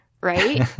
Right